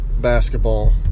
basketball